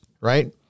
right